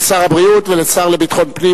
לשר הבריאות ולשר לביטחון פנים,